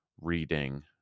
reading